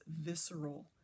visceral